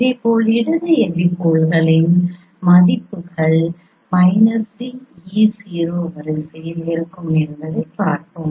இதேபோல் இடது எபிபோல்களின் மதிப்புகள் d e 0 வரிசையில் இருக்கும் என்பதையும் பார்ப்போம்